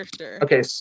okay